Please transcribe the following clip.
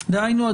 דהיינו,